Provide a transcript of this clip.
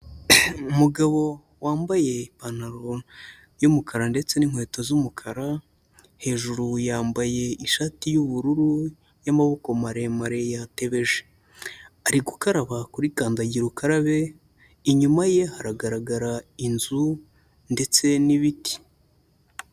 Umugabo wambaye ipantaro y'umukara ndetse n'inkweto z'umukara, hejuru yambaye ishati y'ubururu y'amaboko maremare yatebeje, ari gukaraba kuri kandagira ukarabe, inyuma ye haragaragara inzu ndetse n'ibiti.